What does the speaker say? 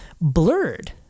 blurred